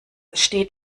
steht